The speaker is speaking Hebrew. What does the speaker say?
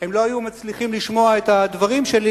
הם לא היו מצליחים לשמוע את הדברים שלי